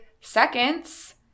seconds